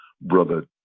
Brother